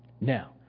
Now